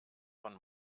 von